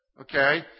Okay